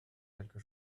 quelque